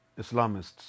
Islamists